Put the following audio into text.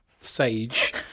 sage